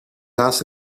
naast